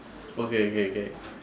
okay K K